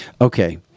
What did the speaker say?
Okay